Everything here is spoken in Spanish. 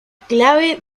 clave